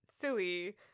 Silly